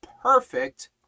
perfect